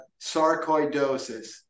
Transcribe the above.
sarcoidosis